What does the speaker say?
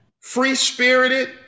free-spirited